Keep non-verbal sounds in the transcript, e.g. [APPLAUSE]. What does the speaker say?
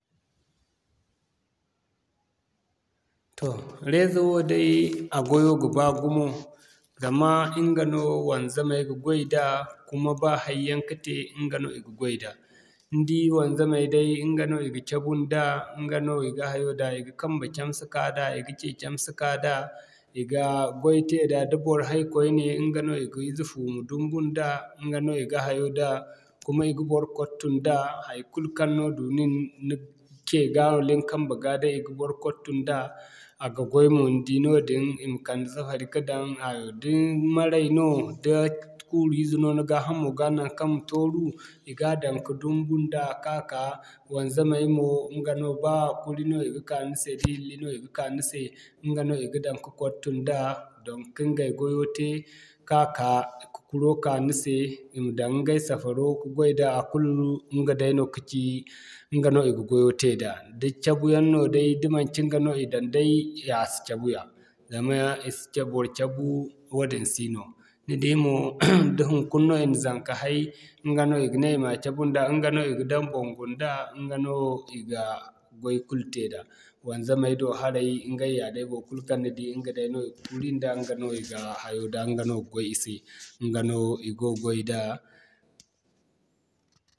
Toh reza woo day, a gwayo ga baa gumo zama ɲga no wanzamay ga goy da, kuma ba hay yaŋ ka te ɲga no i ga goy da. Ni di wanzamay day ɲga no i ga cabu nda, ɲga no i ga hayo da i ga kambe camse ka da, i ga cee camse ka da, i ga goy te da, da bor hay koyne ɲga no i ga ize fume dumbu nda, ɲga no i ga hayo da, kuma i ga bor kwattu nda, haikulu kaŋ no du nin, ni cee ga wala ni kambe ga day i ga bor kwattu nda a goy mo ni di noodin i ma kande safari ka daŋ, [UNINTELLIGIBLE] da ni maray no, da kuuru ize no ni gaa hamo ga naŋkaŋ tooru, i ga daŋ ka dumbu nda ka'ka, wanzamay mo ɲga no ba kuri no i ga ka ni se da hilli no i ga ka ni se ɲga no i ga daŋ ka kwattu nda, don ka ɲgay gwayo te ka'ka, ka kuro ka ni se, i ma daŋ ɲgay safaro, ka goy da a kulu, ɲga day no kaci ɲga no i ga gwayo te da. Da cabu yaŋ no day, da manci ɲga no i daŋ day ciya si cabu ya. Zama i si ce bor cabu wadin si no. Ni di mo, [NOISE] da hunkuna no i na zanka hay, ɲga no i ga ne i ma cabu nda ɲga no i ga daŋ baŋgu nda, ɲga no i ga goy kulu te da. Wanzamay do haray, ɲgay yaa day bor kulu kaŋ ni di ɲga day no i ga kuuri nda, ɲga no i ga hayo da ɲga no ga goy i se.